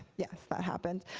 yeah that happened.